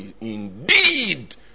indeed